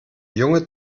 junge